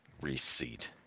Receipt